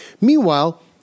Meanwhile